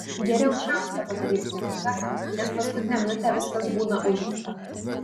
geriau iš anksto padaryt bukingą nes paskutinę minutę viskas būna užimta